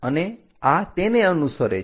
અને આ તેને અનુસરે છે